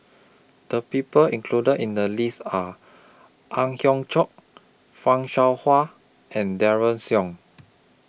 The People included in The list Are Ang Hiong Chiok fan Shao Hua and Daren Shiau